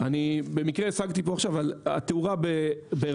במקרה השגתי פה סרטון על התאורה בכסיפה,